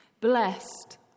Blessed